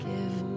Give